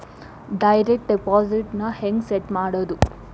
Direct deposit ನ ಹೆಂಗ್ set ಮಾಡೊದು?